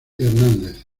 hernández